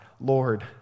Lord